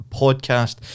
podcast